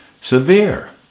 severe